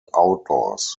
outdoors